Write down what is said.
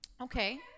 Okay